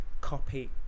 copy